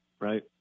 right